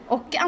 Och